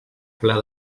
pla